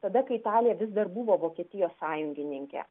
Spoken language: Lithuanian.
tada kai italija vis dar buvo vokietijos sąjungininkė